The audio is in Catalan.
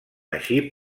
així